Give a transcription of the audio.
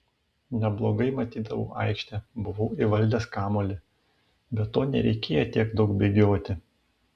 neblogai matydavau aikštę buvau įvaldęs kamuolį be to nereikėjo tiek daug bėgioti